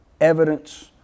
evidence